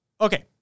Okay